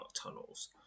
tunnels